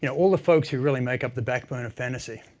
you know all the folks who really make up the backbone of fantasy.